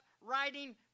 writing